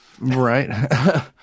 right